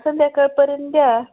संध्याकाळपर्यंत द्या